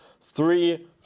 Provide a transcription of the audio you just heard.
three